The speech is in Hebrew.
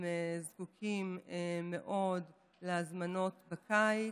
הם זקוקים מאוד להזמנות בקיץ,